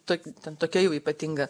tok ten tokia jau ypatinga